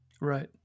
Right